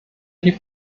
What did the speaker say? die